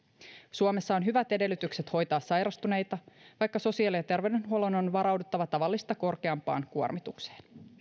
suomessa on hyvät edellytykset hoitaa sairastuneita vaikka sosiaali ja terveydenhuollon on varauduttava tavallista korkeampaan kuormitukseen